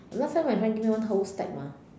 last time my friend gave me one whole stack mah